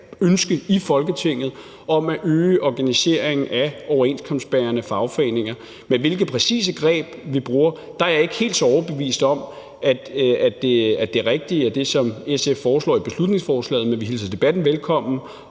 ønske i Folketinget om at øge organiseringen af overenskomstbærende fagforeninger. I forhold til hvilke præcise greb vi skal bruge, er jeg ikke helt så overbevist om, at det rigtige er det, som SF foreslår i beslutningsforslaget, men vi hilser debatten velkommen